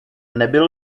nebyl